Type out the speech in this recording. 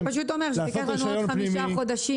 זה פשוט אומר שזה ייקח לנו עוד חמישה חודשים,